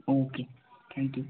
okay thank you